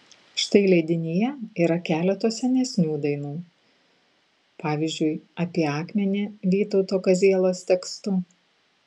štai leidinyje yra keletas senesnių dainų pavyzdžiui apie akmenį vytauto kazielos tekstu